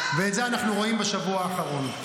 ואת זה אנחנו רואים בשבוע האחרון.